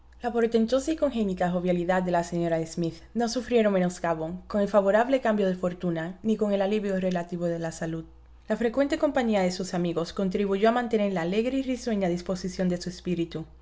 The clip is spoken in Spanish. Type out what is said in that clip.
portentosa y congénita jovialidad de la señora de smith no sufrieron menoscabo con el favorable cambio de fortuna ni con el alivio relativo de la salud la frecuente compañía de sus amigos contribuyó a mantener la alegre y risueña disposición de su espíritu